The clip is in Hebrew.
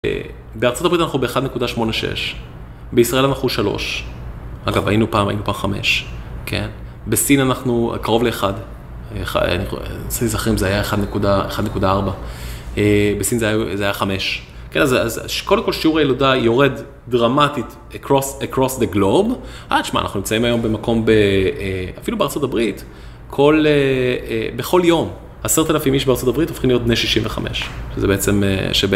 בארה״ב אנחנו ב-1.86, בישראל אנחנו 3, אגב היינו פעם, היינו פעם 5, בסין אנחנו קרוב ל-1, מנסה להיזכר אם זה היה 1.4, בסין זה היה 5. אז קודם כל שיעור הילודה יורד דרמטית אקרוס, אקרוס דה גלוב, אה תשמע אנחנו נמצאים היום במקום, אפילו בארה״ב, בכל יום, עשרת אלפים איש בארה״ב הופכים להיות בני 65. שזה בעצם...